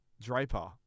Draper